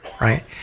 right